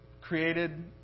created